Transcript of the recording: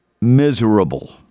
miserable